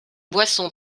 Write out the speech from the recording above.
boisson